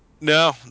No